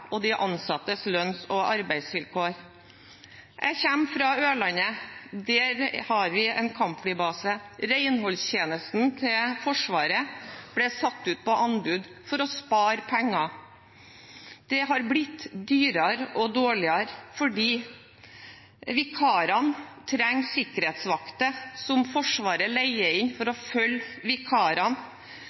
og de ansattes lønns- og arbeidsvilkår. Jeg kommer fra Ørland. Der har vi en kampflybase. Forsvarets renholdstjeneste ble satt ut på anbud for å spare penger. Det har blitt dyrere og dårligere fordi vikarene trenger sikkerhetsvakter som Forsvaret leier inn for å følge vikarene.